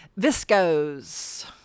Visco's